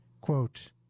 quote